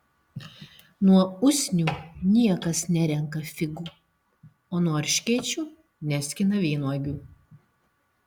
nuo usnių niekas nerenka figų o nuo erškėčių neskina vynuogių